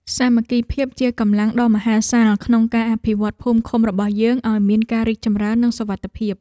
សាមគ្គីភាពជាកម្លាំងដ៏មហាសាលក្នុងការអភិវឌ្ឍភូមិឃុំរបស់យើងឱ្យមានការរីកចម្រើននិងសុវត្ថិភាព។